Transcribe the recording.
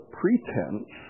pretense